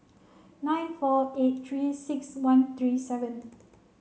nine four eight three six one three seven